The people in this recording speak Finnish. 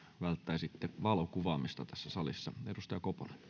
välttäisitte valokuvaamista tässä salissa arvoisa